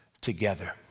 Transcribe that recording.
together